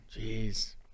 Jeez